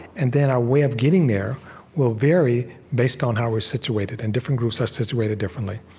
and then our way of getting there will vary, based on how we're situated. and different groups are situated differently.